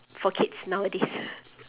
for kids nowadays